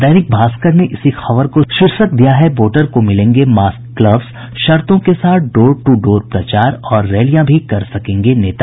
दैनिक भास्कर ने इसी खबर को शीर्षक दिया है वोटर को मिलेंगे मास्क ग्लव्स शर्तों के साथ डोर टू डोर प्रचार और रैलियां भी कर सकेंगे नेता